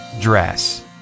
dress